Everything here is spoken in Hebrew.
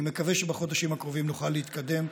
אני מקווה שבחודשים הקרובים נוכל להתקדם.